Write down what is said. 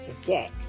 today